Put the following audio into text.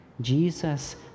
Jesus